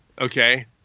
okay